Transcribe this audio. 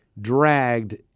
dragged